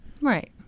Right